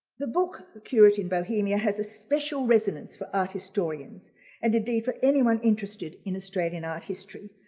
the book the curate in bohemia has a special resonance for art historians and indeed for anyone interested in australian art history,